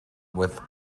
with